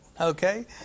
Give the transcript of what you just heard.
okay